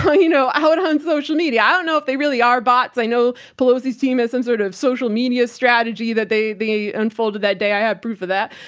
you know, out on social media. i don't know if they really are bots. i know pelosi's team has some sort of social media strategy that they they unfolded that day. i have proof of that.